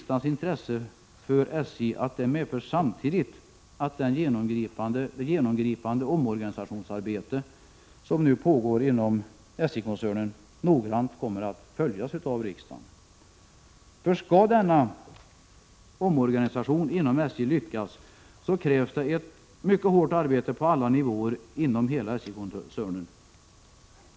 Detta medför samtidigt att det genomgripande omorganisationsarbete som nu pågår inom SJ koncernen noggrant kommer att följas av riksdagen. Skall denna omorganisation inom SJ lyckas krävs det ett mycket hårt arbete på alla nivåer inom hela SJ-koncernen.